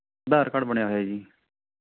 ਆਧਾਰ card ਬਣਿਆ ਹੋਇਆ ਜੀ